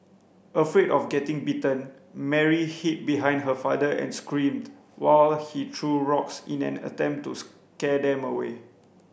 afraid of getting bitten Mary hid behind her father and screamed while he threw rocks in an attempt to scare them away